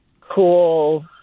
cool